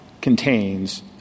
contains